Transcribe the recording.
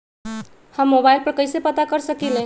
हम मोबाइल पर कईसे पता कर सकींले?